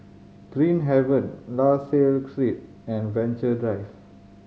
Green Haven La Salle Street and Venture Drive